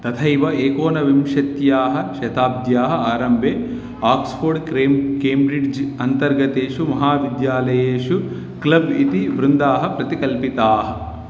तथैव एकोनविंशतेः शताब्देः आरम्भे आक्स्फोड् क्रेम् केम्ब्रिड्ज् अन्तर्गतेषु महाविद्यालयेषु क्लब् इति वृन्दाः प्रतिकल्पिताः